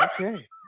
Okay